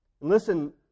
Listen